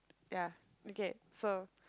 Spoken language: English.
ya okay so